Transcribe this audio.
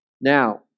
Now